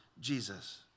Jesus